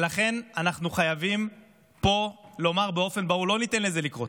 ולכן אנחנו חייבים לומר פה באופן ברור: לא ניתן לזה לקרות.